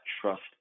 trust